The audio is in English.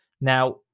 Now